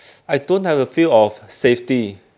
I don't have the feel of safety